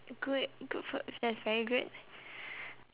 good good food if there is very good